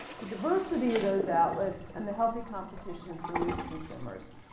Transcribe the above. the diversity of those outlets, and the healthy competition for news consumers.